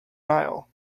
nile